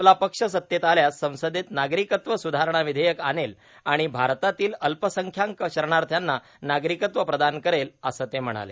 आपला पक्ष सत्तेत आल्यास संसदेत नागरिकत्व स्धारणा विधेयक आणेल आणि भारतातील अल्पसंख्यांक शरणाथ्र्यांना नागरिकत्व प्रदान करेल असं ते म्हणाले